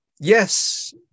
yes